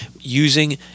using